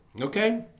Okay